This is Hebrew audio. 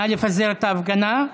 נא לפזר את ההפגנה.